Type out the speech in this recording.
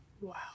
Wow